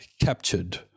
captured